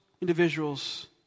individuals